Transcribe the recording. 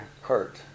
hurt